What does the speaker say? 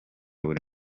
buri